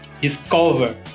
discover